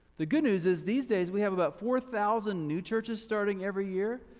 the good news is these days we have about four thousand new churches starting every year.